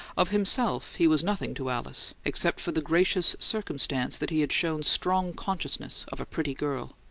of himself he was nothing to alice, except for the gracious circumstance that he had shown strong consciousness of a pretty girl.